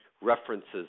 references